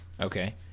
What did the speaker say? Okay